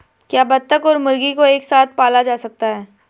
क्या बत्तख और मुर्गी को एक साथ पाला जा सकता है?